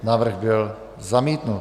Návrh byl zamítnut.